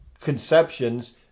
conceptions